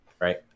Right